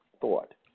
thought